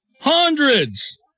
hundreds